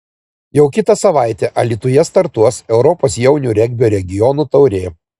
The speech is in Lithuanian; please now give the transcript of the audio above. jau kitą savaitę alytuje startuos europos jaunių regbio regionų taurė